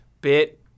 Bit